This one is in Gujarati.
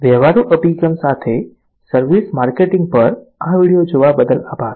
વ્યવહારુ અભિગમ સાથે સર્વિસ માર્કેટિંગ પર આ વિડિઓ જોવા બદલ આભાર